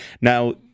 now